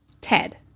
Ted